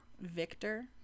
Victor